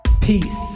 peace